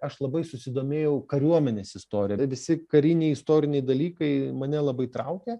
aš labai susidomėjau kariuomenės istorija visi kariniai istoriniai dalykai mane labai traukė